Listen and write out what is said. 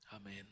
Amen